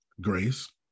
Grace